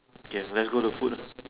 okay let's go the food